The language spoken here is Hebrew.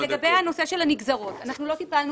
לגבי הנושא של הנגזרות: אנחנו לא טיפלנו